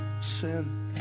sin